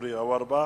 אורי אורבך,